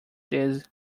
these